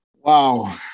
Wow